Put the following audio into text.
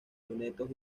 lunetos